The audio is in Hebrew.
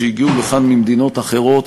שהגיעו לכאן ממדינות אחרות,